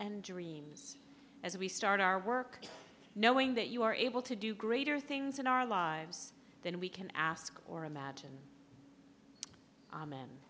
and dreams as we start our work knowing that you are able to do greater things in our lives than we can ask or imagine